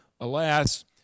Alas